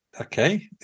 Okay